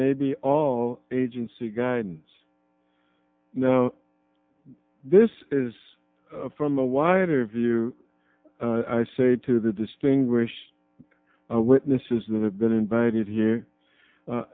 maybe all agency guidance now this is from a wider view i say to the distinguished witnesses that have been invited here